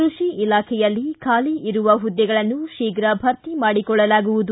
ಕೃಷಿ ಇಲಾಖೆಯಲ್ಲಿ ಖಾಲಿ ಇರುವ ಪುದ್ದೆಗಳನ್ನು ಶೀಘ ಭರ್ತಿ ಮಾಡಿಕೊಳ್ಳಲಾಗುವುದು